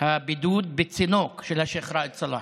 הבידוד בצינוק של השייח' ראאד סלאח.